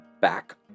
back